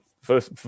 first